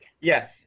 yes